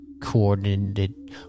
Coordinated